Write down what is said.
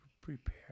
prepare